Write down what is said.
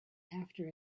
after